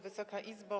Wysoka Izbo!